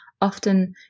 often